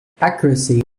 accuracy